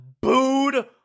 booed